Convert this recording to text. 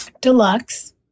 Deluxe